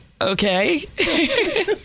okay